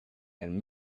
and